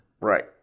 right